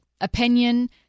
opinion